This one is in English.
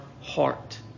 heart